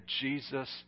Jesus